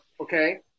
okay